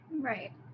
Right